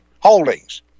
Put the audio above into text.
Holdings